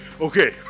Okay